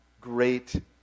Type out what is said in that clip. great